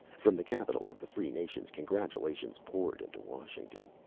from the capitals of the free nations congratulations poured into washington.